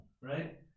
right